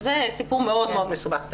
זה סיפור מאוד מאוד מסובך.